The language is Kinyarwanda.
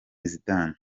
zidane